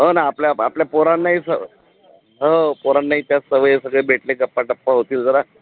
हो ना आपल्या आपल्या पोरांनाही स हो पोरांनाही त्यात सवय सगळे भेटले गप्पा टप्पा होतील जरा